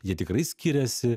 jie tikrai skiriasi